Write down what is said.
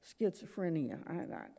schizophrenia